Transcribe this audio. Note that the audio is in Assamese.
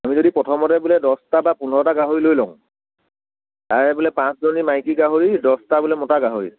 আমি যদি প্ৰথমতে বোলে দহটা বা পোন্ধৰটা গাহৰি লৈ লওঁ তাৰে বোলে পাঁচজনী মাইকী গাহৰি দহটা বোলে মতা গাহৰি